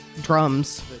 drums